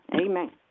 Amen